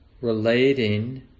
relating